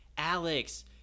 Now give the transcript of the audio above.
Alex